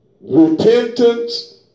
Repentance